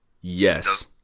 Yes